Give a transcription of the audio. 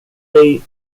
dig